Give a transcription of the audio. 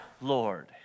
Lord